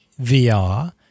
VR –